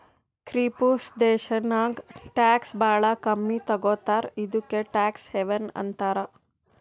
ಕಿಪ್ರುಸ್ ದೇಶಾನಾಗ್ ಟ್ಯಾಕ್ಸ್ ಭಾಳ ಕಮ್ಮಿ ತಗೋತಾರ ಇದುಕೇ ಟ್ಯಾಕ್ಸ್ ಹೆವನ್ ಅಂತಾರ